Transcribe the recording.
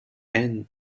and